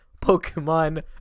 Pokemon